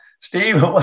Steve